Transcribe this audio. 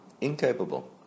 incapable